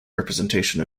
representation